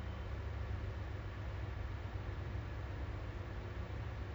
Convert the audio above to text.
why don't we marry them off first then I can talk about marriage